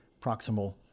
proximal